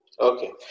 Okay